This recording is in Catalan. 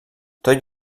tot